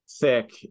thick